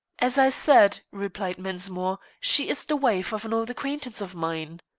as i said, replied mensmore, she is the wife of an old acquaintance of mine.